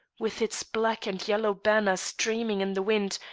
with its black and yellow banner streaming in the wind,